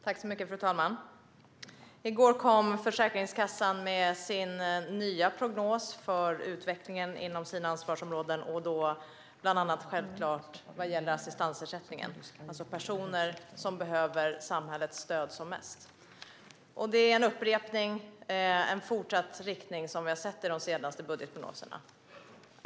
Fru talman! I går kom Försäkringskassan med en ny prognos för utvecklingen inom sina ansvarsområden, bland annat självklart sådant som gäller assistansersättningen. Det handlar om personer som behöver samhällets stöd som mest. Det är fråga om en upprepning och en fortsättning av den riktning som vi har sett i de senaste budgetprognoserna.